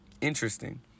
Interesting